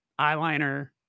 eyeliner